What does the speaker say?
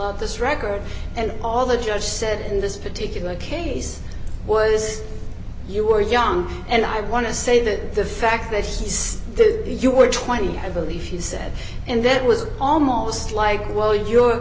out this record and all the judge said in this particular case was you were young and i want to say that the fact that she's the you were twenty i believe she said and then it was almost like well you're